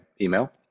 email